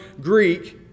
Greek